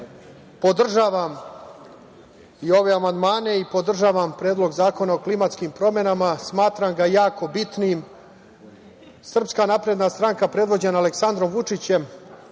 podržavam i ove amandmane i podržavam Predlog zakona o klimatskim promenama, smatram ga jako bitnim. Srpska napredna stranka, predvođena je Aleksandrom Vučićem